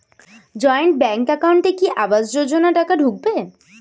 Joint bank একাউন্টে কি আবাস যোজনা টাকা ঢুকবে?